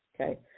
Okay